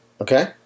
Okay